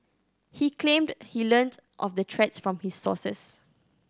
he claimed he learnt of the threats from his sources